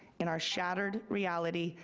in our shattered reality,